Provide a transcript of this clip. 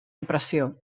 impressió